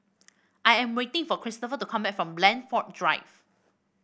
I am waiting for Kristofer to come back from Blandford Drive